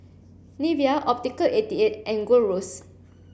Nivea Optical eighty eight and Gold Roast